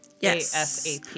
Yes